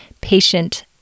patient